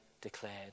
declared